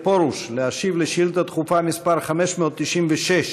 פרוש להשיב על שאילתה דחופה מס' 596,